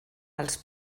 els